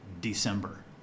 December